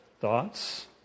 thoughts